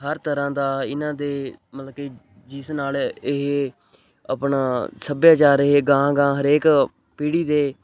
ਹਰ ਤਰ੍ਹਾਂ ਦਾ ਇਹਨਾਂ ਦੇ ਮਤਲਬ ਕਿ ਜਿਸ ਨਾਲ ਇਹ ਆਪਣਾ ਸੱਭਿਆਚਾਰ ਇਹ ਅਗਾਂਹ ਅਗਾਂਹ ਹਰੇਕ ਪੀੜੀ ਦੇ